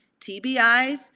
TBIs